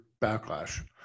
backlash